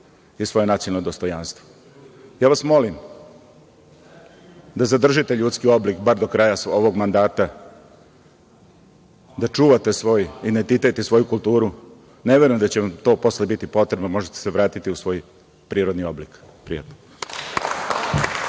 i svoje nacionalno dostojanstvo. Ja vas molim da zadržite ljidski oblik bar do kraja ovog mandata, da čuvate svoj identitet i svoju kulturu. Ne verujem da će vam to posle biti potrebno, možete se vratiti u svoj prirodan oblik. Prijatno.